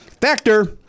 Factor